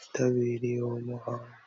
bitabiriye uwo muhango.